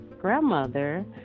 grandmother